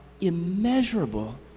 immeasurable